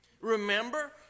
Remember